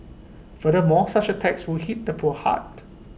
furthermore such A tax will hit the poor hard